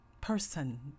person